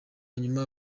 nyuma